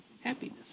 Happiness